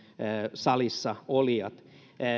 salissa olijat